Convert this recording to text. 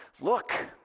look